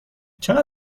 چقدر